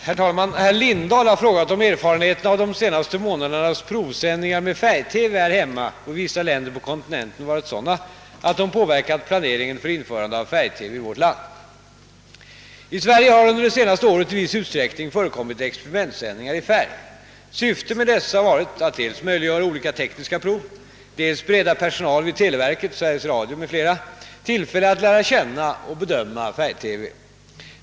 Herr talman! Herr Lindahl har frågat, om erfarenheterna av de senaste månadernas provsändningar med färg TV här hemma och i vissa länder på kontinenten varit sådana att de påverkat planeringen för införande av färg-TV i vårt land. I Sverige har under det senaste året i viss utsträckning förekommit experimentsändningar i färg. Syftet med dessa har varit att dels möjliggöra olika tekniska prov, dels bereda personal vid televerket, Sveriges Radio m.fl. tillfälle att lära känna och bedöma färg TV.